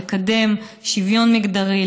לקדם שוויון מגדרי,